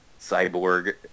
cyborg